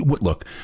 look